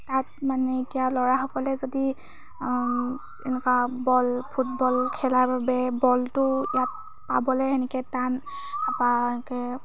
তাত মানে এতিয়া ল'ৰাসকলে যদি এনেকুৱা বল ফুটবল খেলাৰ বাবে বলটো ইয়াত পাবলৈ সেনেকৈ টান বা সেনেকৈ